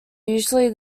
usually